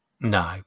No